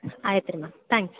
ಆಯ್ತು ರೀ ma'am thanks